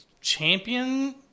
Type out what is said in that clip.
champion